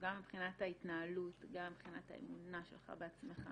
גם מבחינת ההתנהלות, גם מבחינת האמונה שלך בעצמך